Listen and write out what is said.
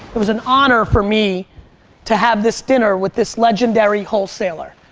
it was an honor for me to have this dinner with this legendary wholesaler.